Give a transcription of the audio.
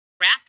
rap